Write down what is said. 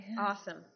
Awesome